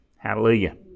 Hallelujah